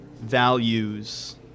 values